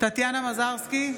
טטיאנה מזרסקי,